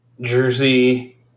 Jersey